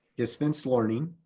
distance learning,